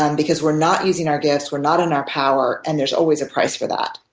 um because we're not using our gifts, we're not in our power, and there's always a price for that.